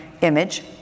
image